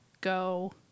go